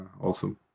awesome